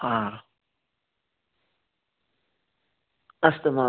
हा अस्तु महो